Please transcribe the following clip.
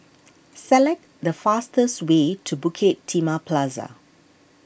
select the fastest way to Bukit Timah Plaza